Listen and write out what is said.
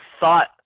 thought